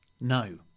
No